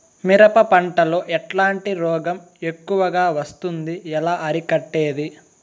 మిరప పంట లో ఎట్లాంటి రోగం ఎక్కువగా వస్తుంది? ఎలా అరికట్టేది?